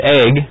egg